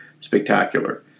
spectacular